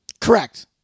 Correct